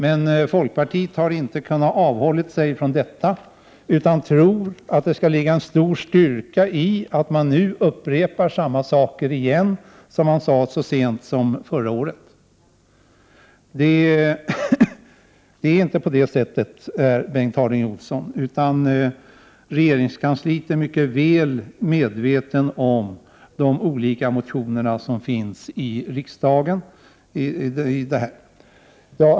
Men folkpartiet har inte kunnat avhålla sig från detta utan tror att det ligger en stor styrka i att man nu igen upprepar vad man sade så sent som förra året. Det är inte på det sättet, Bengt Harding Olson. Regeringskansliet är mycket väl medvetet om de olika motioner på det här området som har väckts i riksdagen.